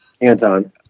Anton